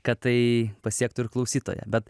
kad tai pasiektų ir klausytoją bet